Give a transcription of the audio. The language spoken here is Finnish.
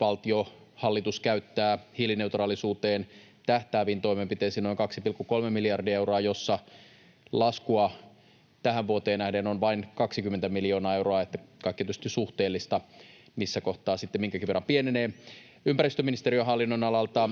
valtio, hallitus, käyttää hiilineutraalisuuteen tähtääviin toimenpiteisiin noin 2,3 miljardia euroa, jossa laskua tähän vuoteen nähden on vain 20 miljoonaa euroa. Kaikki on tietysti suhteellista, missä kohtaa sitten minkäkin verran pienenee. Ympäristöministeriön hallinnonalalta